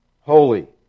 Holy